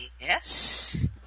yes